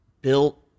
built